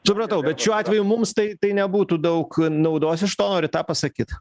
supratau bet šiuo atveju mums tai tai nebūtų daug naudos iš to norit tą pasakyt